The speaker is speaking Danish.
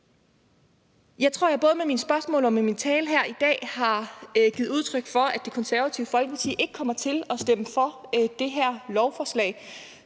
Jeg tror, at jeg både med mine spørgsmål og min tale her i dag har givet udtryk for, at Det Konservative Folkeparti ikke kommer til at stemme for det her lovforslag.